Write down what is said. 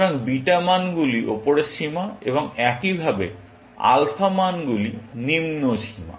সুতরাং বিটা মানগুলি উপরের সীমা এবং একইভাবে আলফা মানগুলি নিম্ন সীমা